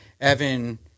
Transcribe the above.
Evan